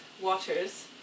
waters